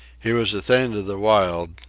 he was a thing of the wild,